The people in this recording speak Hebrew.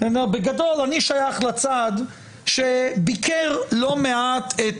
בגדול אני שייך לצד שביקר לא מעט את